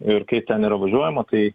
ir kaip ten yra važiuojama tai